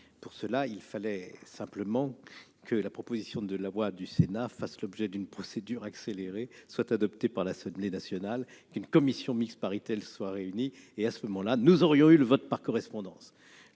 Pour cela, il fallait simplement que la proposition de loi du Sénat fasse l'objet d'une procédure accélérée, soit adoptée par l'Assemblée nationale et qu'une commission mixte paritaire soit réunie ; alors, nous aurions eu le vote par correspondance